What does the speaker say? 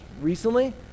recently